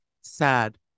Sad